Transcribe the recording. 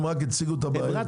הם רק הציגו את הבעיה.